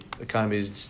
economy